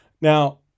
now